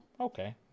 Okay